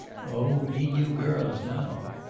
oh, he knew girls, now.